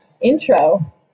intro